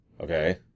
okay